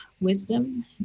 wisdom